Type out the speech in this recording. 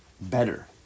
better